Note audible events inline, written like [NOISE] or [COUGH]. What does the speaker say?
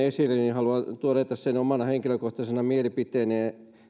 [UNINTELLIGIBLE] esille niin haluan todeta omana henkilökohtaisena mielipiteenäni